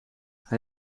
hij